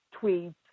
tweets